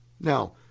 Now